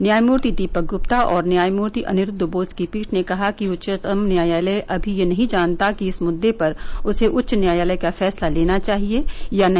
न्यायमूर्ति दीपक गुप्ता और न्यायमूर्ति अनिरूद्व बोस की पीठ ने कहा कि उच्चतम न्यायालय अभी यह नहीं जानता की इस मुद्दे पर उसे उच्च न्यायालय का फैसला लेना चाहिए या नहीं